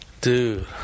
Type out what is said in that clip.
Dude